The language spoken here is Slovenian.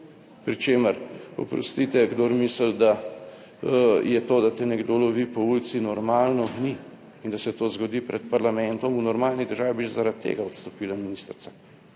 Pri čemer, oprostite, kdor misli, da je to, da te nekdo lovi po ulici, normalno, ni in da se to zgodi pred parlamentom. V normalni državi bi zaradi tega odstopila ministrica.